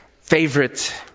favorite